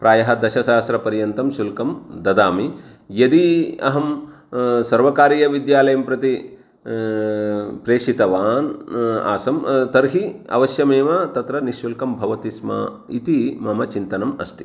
प्रायः दशसहस्रपर्यन्तं शुल्कं ददामि यदि अहं सर्वकारीयविद्यालयं प्रति प्रेषितवान् आसं तर्हि अवश्यमेव तत्र निश्शुल्कं भवति स्म इति मम चिन्तनम् अस्ति